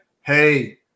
hey